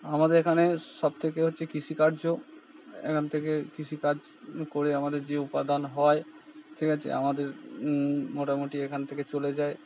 আমাদের এখানে সব থেকে হচ্ছে কৃষিকার্য এখান থেকে কৃষিকাজ করে আমাদের যে উপাদান হয় ঠিক আছে আমাদের মোটামুটি এখান থেকে চলে যায়